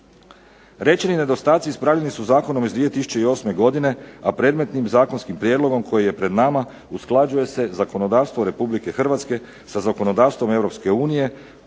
Rečeni nedostaci ispravljeni su zakonom iz 2008. godine a predmetnim zakonskim prijedlogom koji je pred nama usklađuje se zakonodavstvo Republike Hrvatske sa zakonodavstvom Europske unije,